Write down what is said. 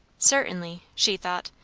certainly, she thought,